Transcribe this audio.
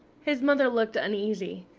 his mother looked uneasy.